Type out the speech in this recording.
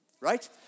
right